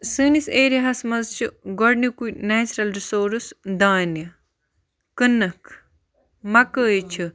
سٲنِس ایریاہَس منٛز چھِ گۄڈنِکُے نیچرَل رِسورٕس دانہِ کٕنٕک مَکٲے چھِ